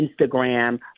Instagram